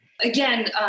Again